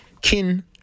Kin